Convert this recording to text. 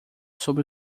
sobre